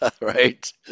Right